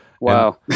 Wow